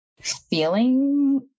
feeling